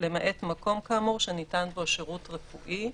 למעט מקום כאמור שניתן בו שירות רפואי,